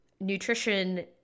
nutrition